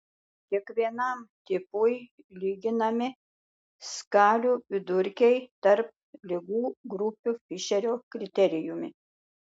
kiekvienam tipui lyginami skalių vidurkiai tarp ligų grupių fišerio kriterijumi